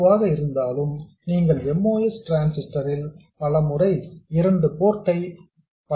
எதுவாக இருந்தாலும் நீங்கள் MOS டிரான்ஸிஸ்டர் இல் பலமுறை 2 போர்ட் படத்தை காட்ட வேண்டாம்